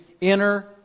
inner